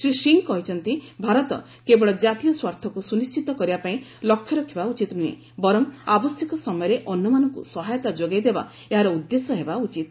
ଶ୍ରୀ ସିଂହ କହିଛନ୍ତି ଭାରତ କେବଳ ଜାତୀୟ ସ୍ୱାର୍ଥକ୍ ସୁନିଶ୍ଚିତ କରିବାପାଇଁ ଲକ୍ଷ୍ୟ ରଖିବା ଉଚିତ ନୁହେଁ ବରଂ ଆବଶ୍ୟକ ସମୟରେ ଅନ୍ୟମାନଙ୍କୁ ସହାୟତା ଯୋଗାଇ ଦେବା ଏହାର ଉଦ୍ଦେଶ୍ୟ ହେବା ଉଚିତ